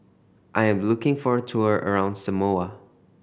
I'm looking for a tour around Samoa